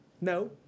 no